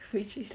which is